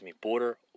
border